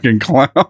clown